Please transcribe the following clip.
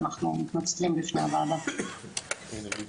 אנחנו מתנצלים בפני הוועדה.